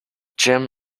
gem